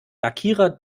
lackierer